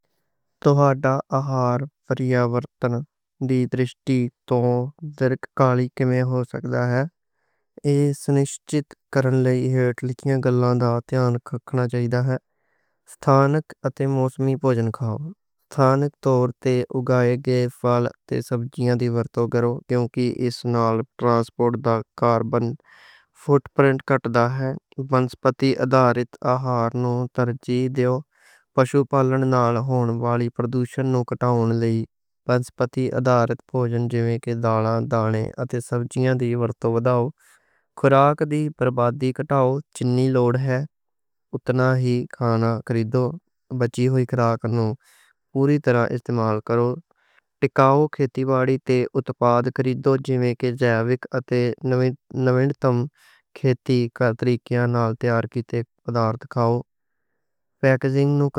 تہاڈا آہار پریاورن دی درِشٹی توں دیرگکالی کِمیں ہو سکدا ہے؟ ایہہ سنشچت کرنے لئی ہیٹھ لکھیاں گلاں دا دھیان رکھنا چاہیدا ہے۔ ستھانک اتے موسمی بھوجن کھاؤ، ستھانک طور تے اگائے گئے پھل تے سبزیاں دی ورتوں کرو کیونکہ اس نال transport the carbon fit print گھٹدا ہے۔ بنسپتی آدھارت آہار نوں ترجیح دو، پشو پالَن نال ہون والی پردوشن نوں گھٹاؤن لئی بنسپتی آدھارت بھوجن جِمیں کہ دالاں، دانے اتے سبزیاں دی ورتوں کرو۔ خوراک دی بربادی گھٹاؤ، جتنی لوڑ ہے اتنا ہی کھانا خریدو، پوری طرح استعمال کرو۔ ٹکاؤ کھیتی باڑی تے اتپاد خریدو جِمیں کہ جیوِک اتے نویاں کھیتی دے طریقیاں نال تیار کیتے پدارٹھ ٹکاؤ۔